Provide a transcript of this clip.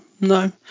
No